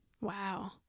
Wow